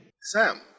Sam